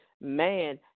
man